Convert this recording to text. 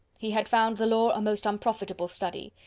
he had found the law a most unprofitable study,